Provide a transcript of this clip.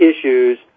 issues